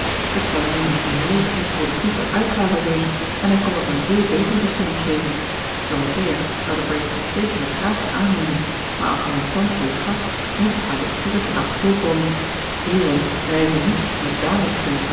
het zou nu eene geheel improductieve uitgave wezen en hij kon het eene veel betere bestemming geven dorothea zou den bracelet zeker met graagte aannemen maar als hij hem thans reeds gaf moest haar dit zeer verdacht voorkomen heeren reizen niet met dames